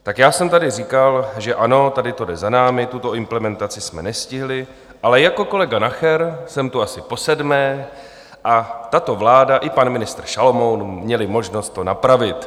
Tak já jsem tady říkal, že ano, tady to jde za námi, tuto implementaci jsme nestihli, ale jako kolega Nacher jsem tu asi posedmé a tato vláda, i pan ministr Šalomoun, měli možnost to napravit.